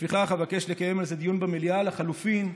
לפיכך אבקש לקיים על זה דיון במליאה, ולחלופין,